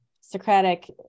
Socratic